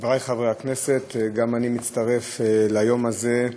חברי חברי הכנסת, גם אני מצטרף ביום הזה,